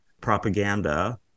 propaganda